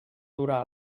durar